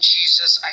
Jesus